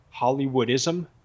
Hollywoodism